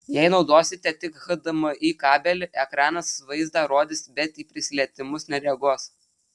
jei naudosite tik hdmi kabelį ekranas vaizdą rodys bet į prisilietimus nereaguos